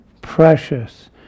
precious